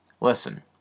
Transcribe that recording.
Listen